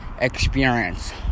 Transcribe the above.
experience